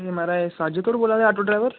माराज साजित होरें बोल्ला दे आटो डरैवर